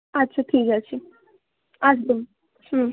আচ্ছা ঠিক আছে আসবেন হুম